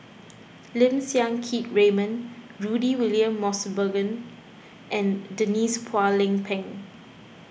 Lim Siang Keat Raymond Rudy William Mosbergen and Denise Phua Lay Peng